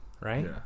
Right